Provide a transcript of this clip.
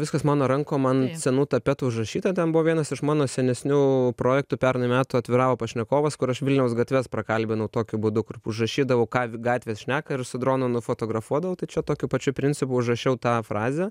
viskas mano rankom ant senų tapetų užrašyta tam buvo vienas iš mano senesnių projektų pernai metų atviravo pašnekovas kur aš vilniaus gatves prakalbinau tokiu būdu kur užrašydavau gatvės šneka ir su dronu nufotografuodavau tai čia tokiu pačiu principu užrašiau tą frazę